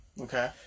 Okay